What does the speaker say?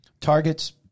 targets –